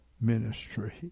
ministry